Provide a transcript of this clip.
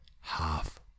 half